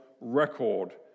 record